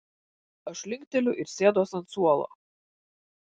aš linkteliu ir sėduos ant suolo